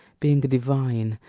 being a divine,